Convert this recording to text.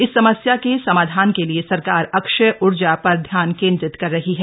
इस समस्या के समाधान के लिए सरकार अक्षय ऊर्जा पर ध्यान केंद्रित कर रही है